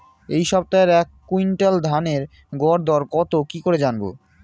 এই সপ্তাহের এক কুইন্টাল ধানের গর দর কত কি করে জানবো?